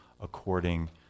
according